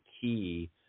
key